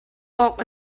awk